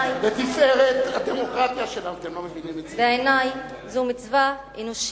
להצטרף לשהידים, זה מה שעשית.